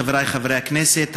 חבריי חברי הכנסת,